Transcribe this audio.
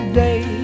day